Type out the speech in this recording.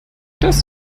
das